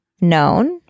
known